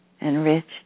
enriched